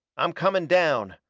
i'm coming down!